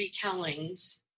retellings